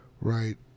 Right